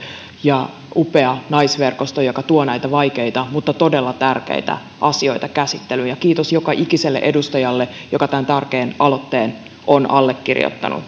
ja upea naisverkosto joka tuo näitä vaikeita mutta todella tärkeitä asioita käsittelyyn kiitos joka ikiselle edustajalle joka tämän tärkeän aloitteen on allekirjoittanut